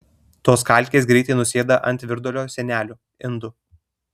tos kalkės greitai nusėda ant virdulio sienelių indų